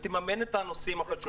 ותממן את הנושאים החשובים.